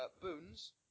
Boons